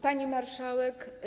Pani Marszałek!